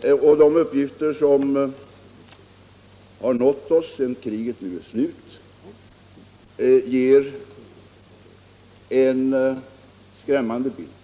De uppgifter som har nått oss sedan kriget tagit slut ger en skrämmande bild,